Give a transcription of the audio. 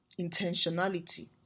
intentionality